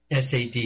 SAD